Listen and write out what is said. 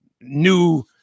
new